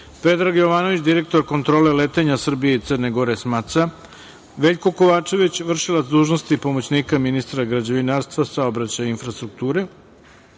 Predrag Jovanović, direktor Kontrole letenja Srbije i Crne Gore, SMATSA, Veljko Kovačević, vršilac dužnosti pomoćnika ministra građevinarstva, saobraćaja i infrastrukture,